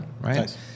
right